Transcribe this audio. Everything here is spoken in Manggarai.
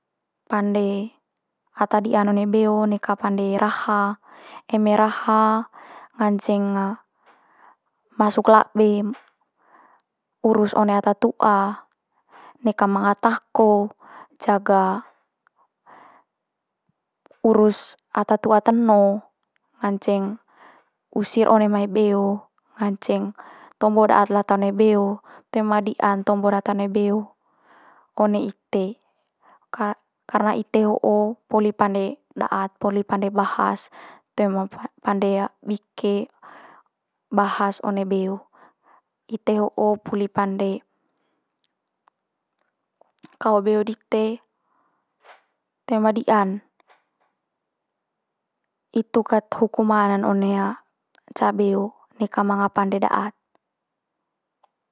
Pande ata dia'n one beo neka pande raha, eme raha nganceng masuk labe urus one ata tu'a, neka manga tako, jaga urus ata tu'a teno nganceng usir one mai beo, nganceng tombo daat lata one beo toe ma dian tombo data one beo one ite. Kar- karna ite ho'o poli pande daat, poli pande bahas toe ma pa- pande bike bahas one beo. Ite ho'o puli pande kao beo dite toe ma dia'n. Itu kat hukuman one ca beo neka manga pande daat.